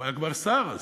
הוא היה כבר שר אז,